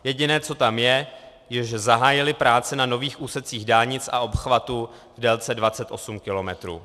Jediné, co tam je, je, že zahájili práce na nových úsecích dálnic a obchvatů v délce 28 kilometrů.